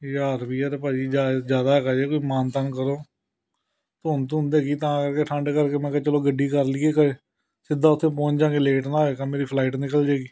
ਹਜ਼ਾਰ ਰੁਪਈਆ ਤਾਂ ਭਾਅ ਜੀ ਜਿ ਜ਼ਿਆਦਾ ਹੈਗਾ ਜੇ ਕੋਈ ਮਾਨ ਤਾਨ ਕਰੋ ਧੁੰਦ ਧੁੰਦ ਹੈਗੀ ਤਾਂ ਕਰਕੇ ਠੰਡ ਕਰਕੇ ਮੈਂ ਕਿਹਾ ਚਲੋ ਗੱਡੀ ਕਰ ਲਈਏ ਕਿ ਸਿੱਧਾ ਉੱਥੇ ਪਹੁੰਚ ਜਾਵਾਂਗੇ ਲੇਟ ਨਾ ਹੋਏ ਕੰਮ ਮੇਰੀ ਫਲਾਈਟ ਨਿਕਲ ਜਾਵੇਗੀ